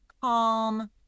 calm